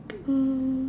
um